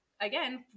again